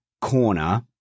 corner